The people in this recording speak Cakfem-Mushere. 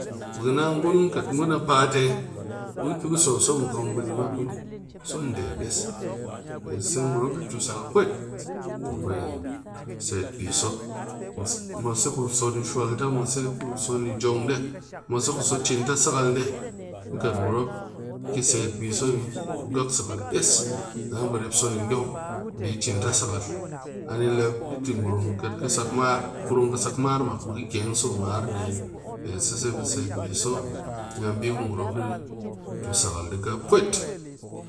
Be ka naa kat ngun a paat yi be ku so a so me kong be di mak kung yi so ni ɗe tet des pe seise ngurum mop di tu sakal pwet ki set biso mwase ku so ni swal ta mwase ku jong yakal ni ku sakal des dang be ngurum mop ki set ngak sakal dang ka naa rep so ni dyon, biso bi cin ta sakal kat ka kurum ka sak mar mak be ka ken so nde ni pe seise ngurum mop di tu sakal ka biso pwet.